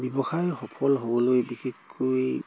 ব্যৱসায় সফল হ'বলৈ বিশেষকৈ